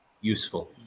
useful